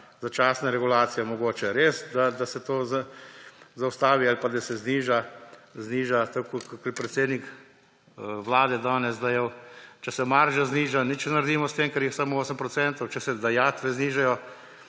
začasna regulacija, mogoče res, da se to zaustavi ali pa da se zniža. Tako kot je predsednik Vlade danes dejal, če se marža zniža, nič ne naredimo s tem, ker je samo 8 procentov, če se dajatve znižajo,